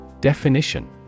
Definition